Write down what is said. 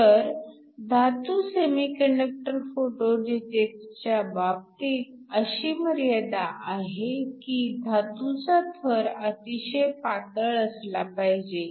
तर धातू semiconductor photo डिटेक्टरच्या बाबतीत अशी मर्यादा आहे की धातूचा थर अतिशय पातळ असला पाहिजे